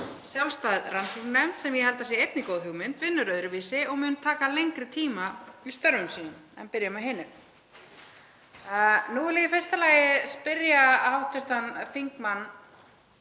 Sjálfstæð rannsóknarnefnd, sem ég held að sé einnig góð hugmynd, vinnur öðruvísi og mun taka lengri tíma í störfum sínum. En byrjum á hinu.“ Nú vil ég í fyrsta lagi spyrja hv. þingmann